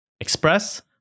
Express